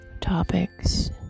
topics